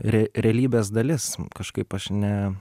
re realybės dalis kažkaip aš ne